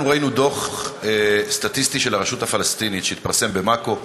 אנחנו ראינו דוח סטטיסטי של הרשות הפלסטינית שהתפרסם ב"מאקו",